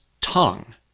tongue